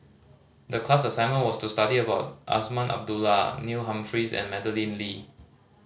the class assignment was to study about Azman Abdullah Neil Humphreys and Madeleine Lee